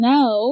Now